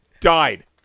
Died